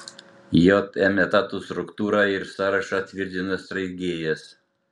jm etatų struktūrą ir sąrašą tvirtina steigėjas